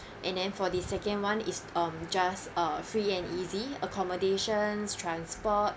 and then for the second [one] is um just a free and easy accommodation transport